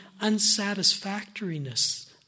unsatisfactoriness